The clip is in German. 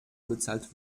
bezahlt